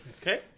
okay